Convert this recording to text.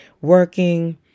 working